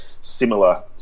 similar